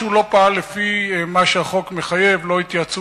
הוא לא פעל לפי מה שהחוק מחייב: לא התייעצות